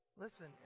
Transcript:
Listen